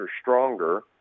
stronger